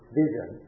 vision